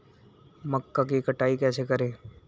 मक्का की कटाई कैसे करें?